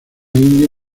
india